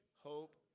hope